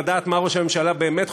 לדעת מה ראש הממשלה באמת חושב,